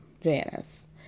janice